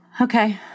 okay